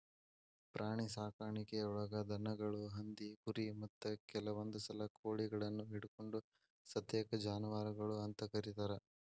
ಪ್ರಾಣಿಸಾಕಾಣಿಕೆಯೊಳಗ ದನಗಳು, ಹಂದಿ, ಕುರಿ, ಮತ್ತ ಕೆಲವಂದುಸಲ ಕೋಳಿಗಳನ್ನು ಹಿಡಕೊಂಡ ಸತೇಕ ಜಾನುವಾರಗಳು ಅಂತ ಕರೇತಾರ